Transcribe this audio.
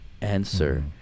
answer